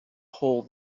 hole